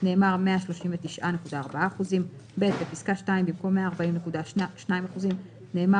נאמר "139.4%"; בפסקה (2), במקום "140.2%" נאמר